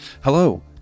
Hello